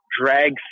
drag